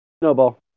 Snowball